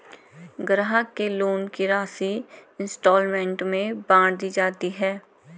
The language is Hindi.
ग्राहक के लोन की राशि इंस्टॉल्मेंट में बाँट दी जाती है